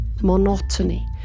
monotony